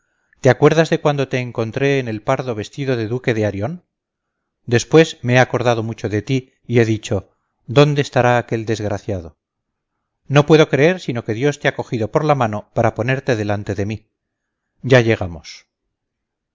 te acuerdas de cuando te encontré en el pardo vestido de duque de arión después me he acordado mucho de ti y he dicho dónde estará aquel desgraciado no puedo creer sino que dios te ha cogido por la mano para ponerte delante de mí ya llegamos